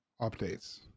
updates